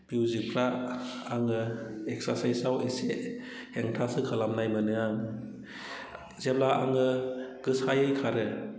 मिउजिकफ्रा आङो एक्सारसाइसआव एसे हेंथासो खालामनाय मोनो आं जेब्ला आङो गोसायै खारो